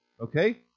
okay